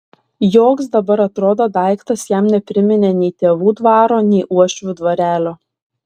joks dabar atrodo daiktas jam nepriminė nei tėvų dvaro nei uošvių dvarelio